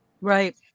Right